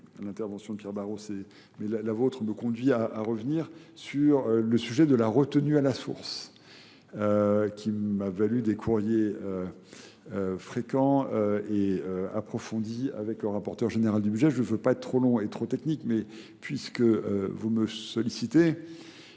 l'intervention de Pierre Barros et la vôtre me conduit à revenir sur le sujet de la retenue à la source, qui m'a valu des courriers fréquents et approfondis avec le rapporteur général du budget. Je ne veux pas être trop long et trop technique, mais puisque vous me sollicitez,